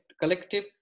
collective